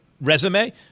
resume